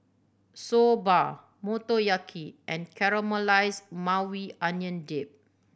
Soba Motoyaki and Caramelized Maui Onion Dip